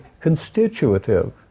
constitutive